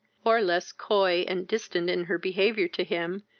or less coy and distant in her behaviour to him,